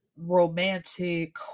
romantic